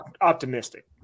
optimistic